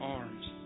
arms